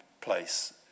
place